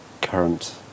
current